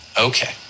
Okay